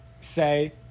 say